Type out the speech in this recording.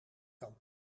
kan